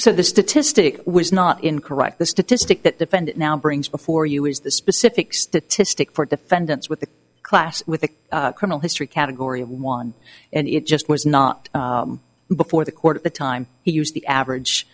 so the statistic was not incorrect the statistic that the friend now brings before you is the specific statistic for defendants with a class with a criminal history category one and it just was not before the court at the time he used the average